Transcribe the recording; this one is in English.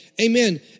Amen